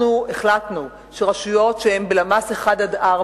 החלטנו שרשויות שהן בלמ"ס 1 4,